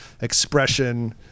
expression